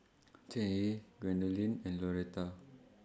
Cheyenne Gwendolyn and Loretta